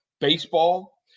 baseball